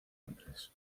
londres